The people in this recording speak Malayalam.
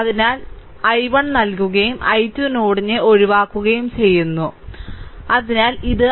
അതിനാൽ 1 i1 നൽകുകയും i2 നോഡിനെ ഒഴിവാക്കുകയും ചെയ്യുന്നു അതിനാൽ ഇത് i1 i2 ആയിരിക്കും